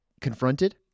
confronted